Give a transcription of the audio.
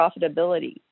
profitability